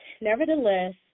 nevertheless